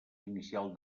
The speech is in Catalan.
inicial